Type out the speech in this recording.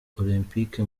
olempike